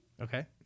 Okay